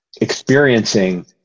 experiencing